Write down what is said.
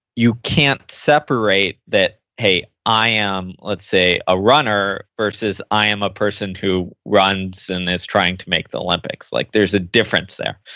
you can't separate that, hey i am, let's say a runner, versus i am a person who runs and is trying to make the olympics. like there is a difference there.